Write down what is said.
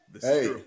Hey